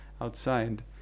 outside